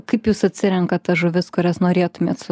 kaip jūs atsirenkat tas žuvis kurias norėtumėt su